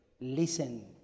listen